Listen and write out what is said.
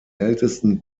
ältesten